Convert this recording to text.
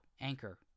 Anchor